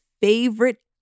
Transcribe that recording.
favorite